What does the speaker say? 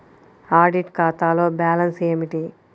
Audit ఖాతాలో balance ఏమిటీ?